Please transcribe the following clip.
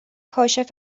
کاشف